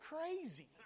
crazy